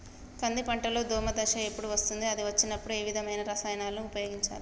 కంది పంటలో దోమ దశ ఎప్పుడు వస్తుంది అది వచ్చినప్పుడు ఏ విధమైన రసాయనాలు ఉపయోగించాలి?